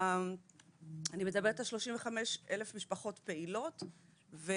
אני מדברת על 35,000 משפחות פעילות.